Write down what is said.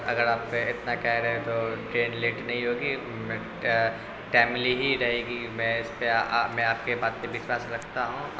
اگر آپ اتنا کہہ رہے ہیں تو ٹرین لیٹ نہیں ہوگی ٹائملی ہی رہے گی میں اس پہ میں آپ کے بات پہ وشواس رکھتا ہوں